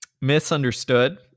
misunderstood